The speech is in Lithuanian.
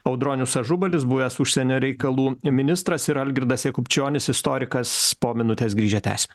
audronius ažubalis buvęs užsienio reikalų ministras ir algirdas jakubčionis istorikas po minutės grįžę tęsim